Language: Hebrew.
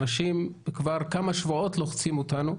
אנשים כבר כמה שבועות לוחצים אותנו,